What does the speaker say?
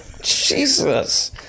Jesus